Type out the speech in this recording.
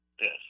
Yes